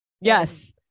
yes